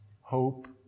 Hope